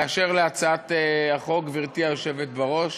באשר להצעת החוק, גברתי היושבת-ראש,